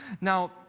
Now